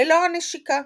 ללא הנשיקה.